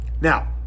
Now